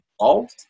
involved